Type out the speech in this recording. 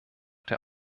der